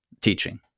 teaching